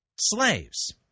slaves